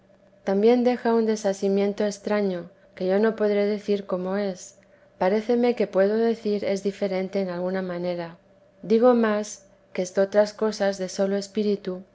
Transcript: también deja un desasimiento extraño que yo no podré decir cómo es paréceme que puedo decir es diferente en alguna manera digo más que estotras cosas de sólo espíritu